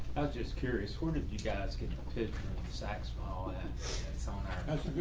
just curious, where did you guys get sex? ah and so